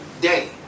day